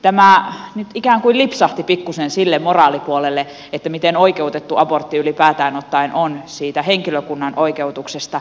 tämä nyt ikään kuin lipsahti pikkuisen sille moraalipuolelle miten oikeutettu abortti ylipäätään ottaen on siitä henkilökunnan oikeutuksesta